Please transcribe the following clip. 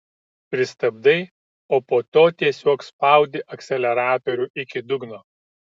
pristabdai o po to tiesiog spaudi akceleratorių iki dugno